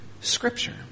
Scripture